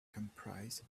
comprised